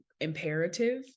imperative